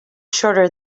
shorter